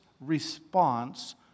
response